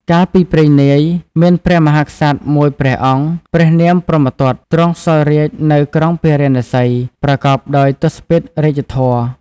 កាលពីព្រេងនាយ មានព្រះមហាក្សត្រមួយព្រះអង្គព្រះនាមព្រហ្មទត្ត ទ្រង់សោយរាជ្យនៅក្រុងពារាណសី ប្រកបដោយទសពិធរាជធម៌។